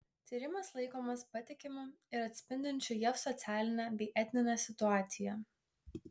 tyrimas laikomas patikimu ir atspindinčiu jav socialinę bei etninę situaciją